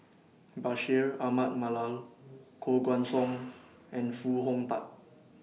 Bashir Ahmad Mallal Koh Guan Song and Foo Hong Tatt